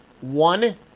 one